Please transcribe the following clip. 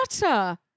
Butter